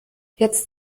jetzt